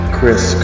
Chris